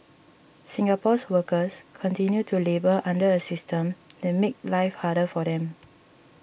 Singapore's workers continue to labour under a system that makes life harder for them